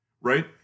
right